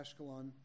ashkelon